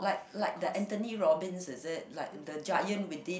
the course